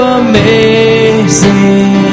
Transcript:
amazing